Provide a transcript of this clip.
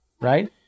Right